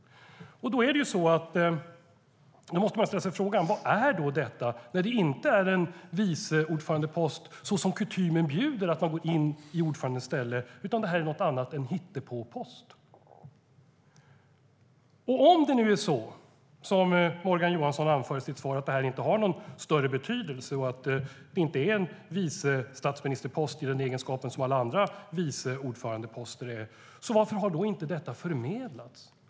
Då måste man ställa sig frågan: Vad är det när det inte är en vice ordförande-post så som kutymen bjuder, att man går in i ordförandens ställe? Det här är något annat, en hittepåpost. Om det är så som Morgan Johansson anför i sitt svar, att det här inte har någon större betydelse och att det inte är en vice statsminister-post i den egenskap som alla andra vice ordförande-poster är, undrar jag: Varför har detta inte förmedlats?